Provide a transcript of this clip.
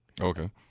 okay